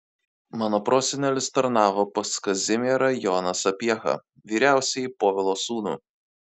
mano prosenelis tarnavo pas kazimierą joną sapiehą vyriausiąjį povilo sūnų